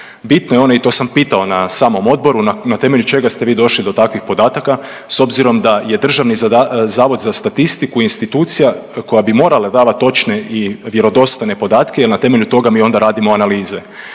bitno je ono i to sam pitao na samom odboru na temelju čega ste vi došli do takvih podataka s obzirom da je DZS institucija koja bi morala davati točne i vjerodostojne podatke jel na temelju toga mi onda radimo analize,